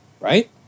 Right